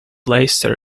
leicester